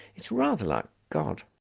it's rather like god.